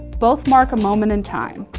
both mark a moment in time.